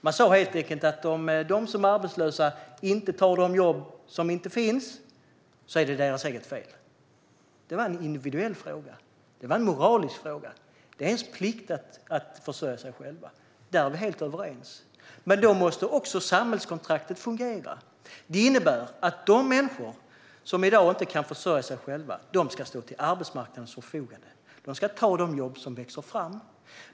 Man sa helt enkelt: Om de som är arbetslösa inte tar de jobb som inte finns är det deras eget fel. Det var en individuell fråga. Det var en moralisk fråga. Det är ens plikt att försörja sig själv. Där är vi helt överens. Men då måste också samhällskontraktet fungera. Det innebär att de människor som i dag inte kan försörja sig själva ska stå till arbetsmarknadens förfogande. De ska ta de jobb som växer fram.